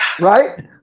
Right